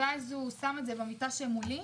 ואז הוא שם את זה במיטה שממולי.